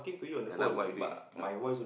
ya lah what you doing ah